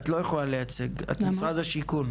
את לא יכולה לייצג, את משרד השיכון.